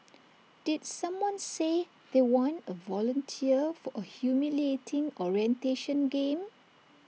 did someone say they want A volunteer for A humiliating orientation game